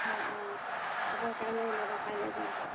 অ অ হ'ব কাইলৈ ওলাবা কাইলৈ যাম